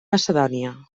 macedònia